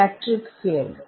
electric field